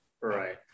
Right